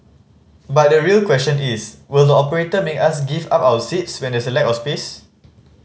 but the real question is will the operator make us give up our seats when there's a lack of space